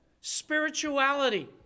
spirituality